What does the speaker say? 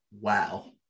Wow